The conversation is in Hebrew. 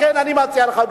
לכן אני מציע לך,